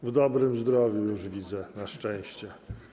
Już w dobrym zdrowiu, jak widzę, na szczęście.